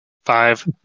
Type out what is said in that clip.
Five